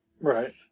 Right